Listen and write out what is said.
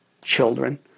children